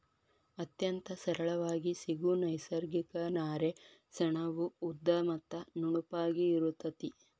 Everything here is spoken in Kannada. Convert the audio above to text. ಅತ್ಯಂತ ಸರಳಾಗಿ ಸಿಗು ನೈಸರ್ಗಿಕ ನಾರೇ ಸೆಣಬು ಉದ್ದ ಮತ್ತ ನುಣುಪಾಗಿ ಇರತತಿ